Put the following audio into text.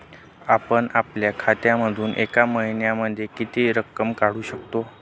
आपण आपल्या खात्यामधून एका महिन्यामधे किती रक्कम काढू शकतो?